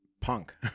punk